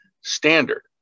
standard